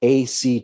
ACT